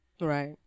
Right